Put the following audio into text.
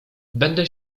będę